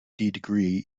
degree